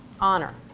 honor